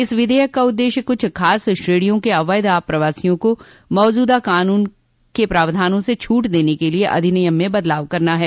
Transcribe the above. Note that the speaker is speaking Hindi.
इस विधेयक का उद्देश्य कुछ खास श्रेणियों के अवैध आप्रवासियों को मौजूदा कानून के प्रावधानों से छूट देने के लिए अधिनियम में बदलाव करना है